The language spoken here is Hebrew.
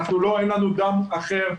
אין לנו דם אחר.